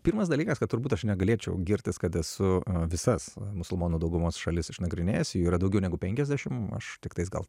pirmas dalykas kad turbūt aš negalėčiau girtis kad esu visas musulmonų daugumos šalis išnagrinėjęs jų yra daugiau negu penkiasdešim aš tiktais gal